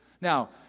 Now